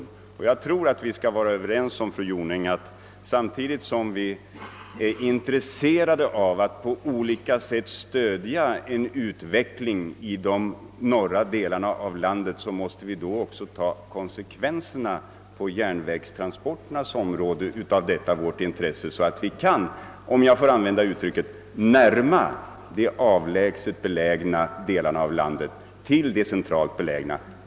Jag tror, fru Jonäng, att vi kan vara överens om att om vi är intresserade av att på olika sätt stödja en utveckling i de norra delarna, måste vi också ta konsekvenserna på järnvägstransporternas område så att vi kan, om jag får använda det uttrycket, närma de avlägsna delarna av landet till de centrala.